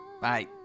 Bye